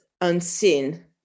unseen